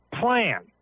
plan